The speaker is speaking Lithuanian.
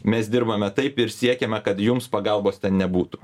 mes dirbame taip ir siekiame kad jums pagalbos nebūtų